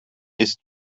ist